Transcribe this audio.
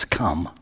come